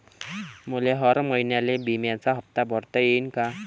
मले हर महिन्याले बिम्याचा हप्ता भरता येईन का?